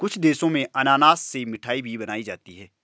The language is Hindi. कुछ देशों में अनानास से मिठाई भी बनाई जाती है